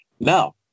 Now